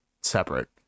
separate